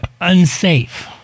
unsafe